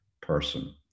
person